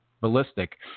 ballistic